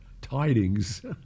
tidings